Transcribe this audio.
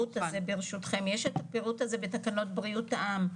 ברשותכם, יש את הפירוט הזה בתקנות בריאות העם.